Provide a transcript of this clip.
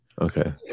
okay